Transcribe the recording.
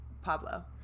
Pablo